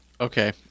Okay